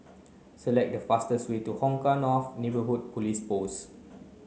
select the fastest way to Hong Kah North Neighbourhood Police Post